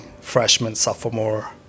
freshman-sophomore